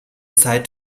seid